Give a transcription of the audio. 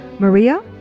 Maria